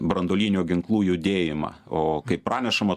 branduolinių ginklų judėjimą o kaip pranešama